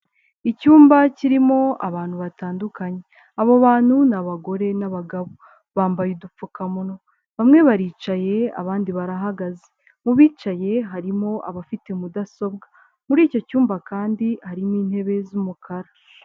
Icyumba kirimo abantu batandukanye. Abo bantu ni abagore n'abagabo. Bambaye udupfukamunwa. Bamwe baricaye, abandi barahagaze. Mu bicaye harimo abafite mudasobwa. Muri icyo cyumba kandi harimo intebe z'umukara.